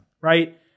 right